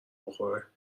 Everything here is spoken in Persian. بخوره